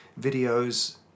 videos